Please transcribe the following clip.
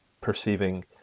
perceiving